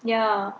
ya